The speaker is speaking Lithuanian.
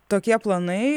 tokie planai